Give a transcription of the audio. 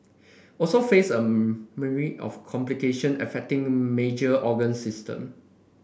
also face a myriad of complication affecting major organ system